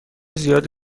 زیاد